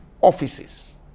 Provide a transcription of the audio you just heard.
offices